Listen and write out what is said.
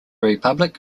republic